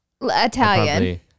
Italian